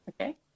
Okay